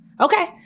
Okay